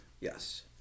Yes